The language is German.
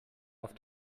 auf